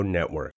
Network